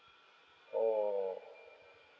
oh